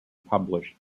published